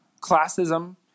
classism